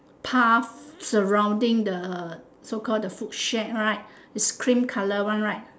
path surrounding the so called the food shack right this green colour one right